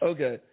Okay